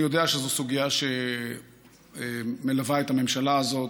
אני יודע שזאת סוגיה שמלווה את הממשלה הזאת.